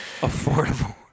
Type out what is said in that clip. affordable